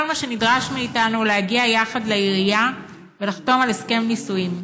כל מה שנדרש מאיתנו הוא להגיע יחד לעירייה ולחתום על הסכם נישואים,